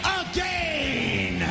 again